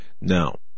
now